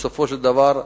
בסופו של דבר,